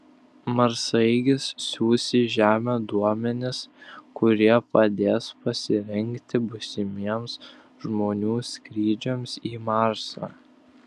marsaeigis siųs į žemę duomenis kurie padės pasirengti būsimiems žmonių skrydžiams į marsą